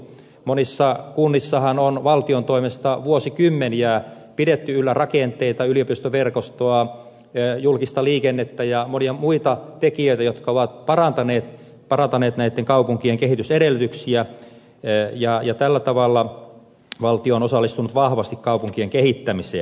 monissa kunnissahan on valtion toimesta vuosikymmeniä pidetty yllä rakenteita yliopistoverkostoa julkista liikennettä ja monia muita tekijöitä jotka ovat parantaneet näitten kaupunkien kehitysedellytyksiä ja tällä tavalla valtio on osallistunut vahvasti kaupunkien kehittämiseen